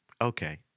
okay